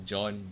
John